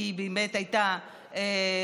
כי היא באמת הייתה עולה.